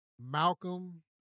Malcolm